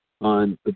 on